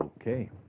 okay